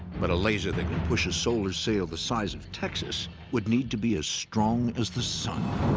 but a laser that can push a solar sail the size of texas would need to be as strong as the sun.